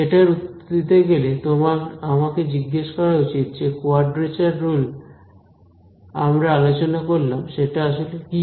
সেটার উত্তর দিতে গেলে তোমার আমাকে জিজ্ঞেস করা উচিত যে কোয়াড্রেচার রুল আমরা আলোচনা করলাম সেটা আসলে কি